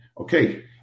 Okay